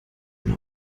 hin